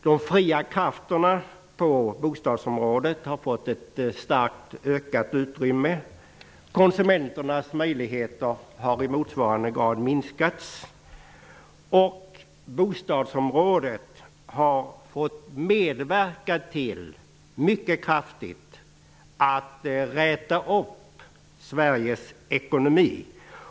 De fria krafterna på bostadsområdet har fått ett starkt ökat utrymme, och konsumenternas möjligheter har i motsvarande grad minskats. Dessutom har bostadsområdet kraftigt fått medverka till att räta upp Sveriges ekonomi.